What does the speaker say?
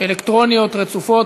אלקטרוניות רצופות.